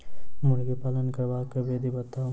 मुर्गी पालन करबाक विधि बताऊ?